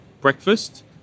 breakfast